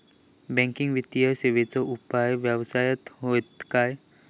Banking वित्तीय सेवाचो उपयोग व्यवसायात होता काय?